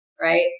right